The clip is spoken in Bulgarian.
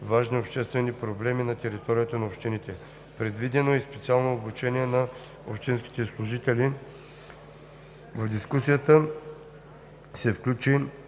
важни обществени проблеми на територията на общините. Предвидено е и специално обучение на общинските служители. В дискусията се включи